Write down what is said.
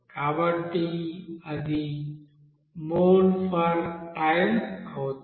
కాబట్టి అది mole per time అవుతుంది